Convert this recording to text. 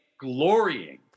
glorying